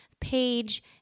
page